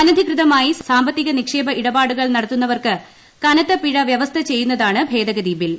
അനധികൃതമായി സാമ്പത്തിക നിക്ഷേപ ഇടപാടുകൾ നടത്തുന്നവർക്ക് കനത്ത പിഴ വ്യവസ്ഥ ചെയ്യുന്നതാണ് ഭേദഗതി ബിൽ